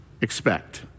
expect